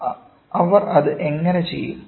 അവർ അത് എങ്ങനെ ചെയ്യും